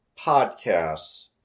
podcasts